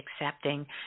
accepting